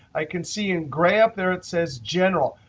i can see in gray up there it says general.